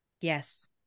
yes